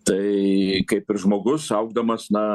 tai kaip ir žmogus augdamas na